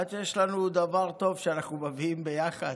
עד שיש לנו דבר טוב שאנחנו מביאים ביחד,